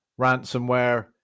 ransomware